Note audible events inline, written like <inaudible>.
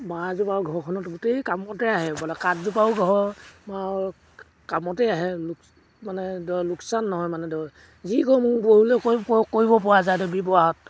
বাঁহ এজোপা ঘৰখনত গোটেই কামতেই আহে বোলে কাঠজোপাও ঘৰ মাৰ কামতেই আহে লোক মানে ধৰ লোকচান নহয় মানে ধৰ যি <unintelligible> কৰিব পৰা যায় এইটো ব্য়ৱহাৰ